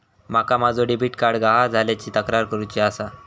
माका माझो debit card गहाळ झाल्याची तक्रार करुची आसा